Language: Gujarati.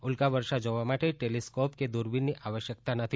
ઉલ્કા વર્ષા જોવા માટે ટેલિસ્કોપ કે દૂરબિનની આવશ્યકતા નથી